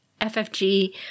FFG